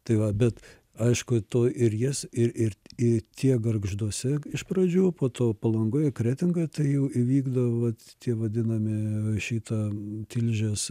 tai va bet aišku to ir jas ir ir ir tie gargžduose iš pradžių po to palangoje kretingoje tai jau įvykdo vat tie vadinami šita tilžės